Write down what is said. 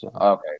Okay